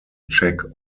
check